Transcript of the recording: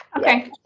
okay